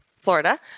Florida